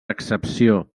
excepció